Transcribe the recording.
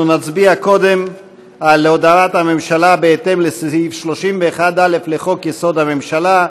אנחנו נצביע קודם על הודעת הממשלה בהתאם לסעיף 31(א) לחוק-יסוד: הממשלה,